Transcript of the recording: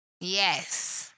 Yes